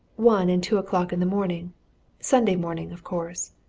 one and two o'clock in the morning sunday morning, of course.